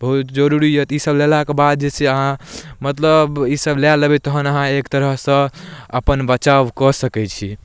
बहुत जरूरी अइ तऽ ईसब लेलाके बाद जे छै अहाँ मतलब ईसब लऽ लेबै तहन अहाँ एक तरहसँ अपन बचाव कऽ सकै छी